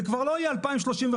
זה כבר לא יהיה 2035,